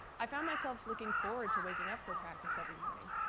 i found myself looking forward to waking up for practice every morning,